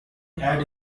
air